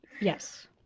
Yes